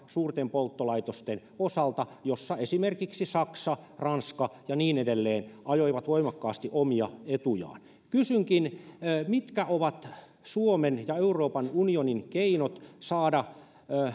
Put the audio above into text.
suurten polttolaitosten osalta lcb bref ratkaisussa jossa esimerkiksi saksa ranska ja niin edelleen ajoivat voimakkaasti omia etujaan kysynkin mitkä ovat suomen ja euroopan unionin keinot saada myös